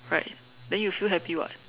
right then you feel happy [what]